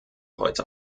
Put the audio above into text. heute